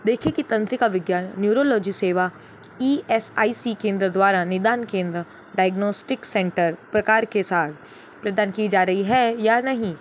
देखें कि तंत्रिका विज्ञान न्यूरोलोजी सेवा ईएसआईसी केंद्र द्वारा निदान केंद्र डायगनोस्टिक सेंटर प्रकार के साथ प्रदान की जा रही है या नहीं